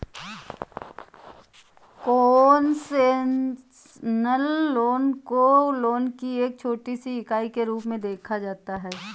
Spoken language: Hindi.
कोन्सेसनल लोन को लोन की एक छोटी सी इकाई के रूप में देखा जाता है